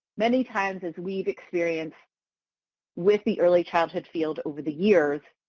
many times as we've experienced with the early childhood field over the years,